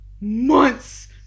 months